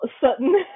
certain